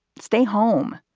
stay home.